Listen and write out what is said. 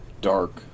dark